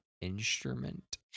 instrument